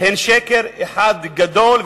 הן שקר אחד גדול.